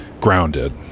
grounded